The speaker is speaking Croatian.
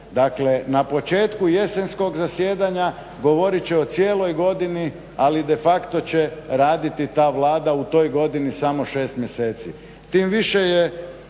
Dakle na početku jesenskog zasjedanja govorit će o cijeloj godini ali de facto će raditi ta Vlada u toj godini samo 6 mjeseci.